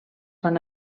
van